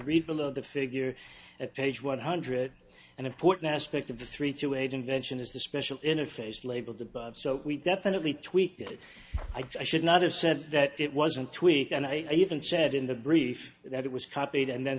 of the figure at page one hundred an important aspect of the three to eight invention is the special interface labeled above so we definitely tweaked it i should not have said that it wasn't tweaked and i even said in the brief that it was copied and then